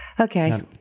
Okay